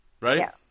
right